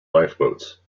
lifeboats